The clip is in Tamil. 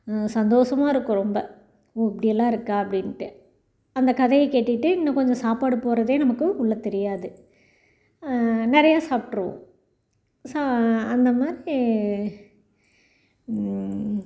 சந்தோஷமாக இருக்கும் ரொம்ப ஓ இப்படியெல்லாம் இருக்கா அப்படின்ட்டு அந்த கதைய கேட்டுக்கிட்டே இன்னும் கொஞ்சம் சாப்பாடு போடுறதே நமக்கு உள்ள தெரியாது நிறைய சாப்பிட்ருவோம் சா அந்த மாதிரி